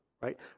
right